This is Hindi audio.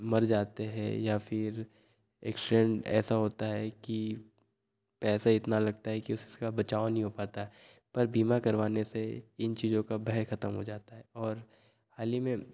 मर जाते है या फिर एक क्षण ऐसा होता है कि पैसा इतना लगता है कि उसका बचाव नहीं हो पाता पर बीमा करवाने से इन चीज़ों का भय ख़त्म हो जाता है और हाल ही में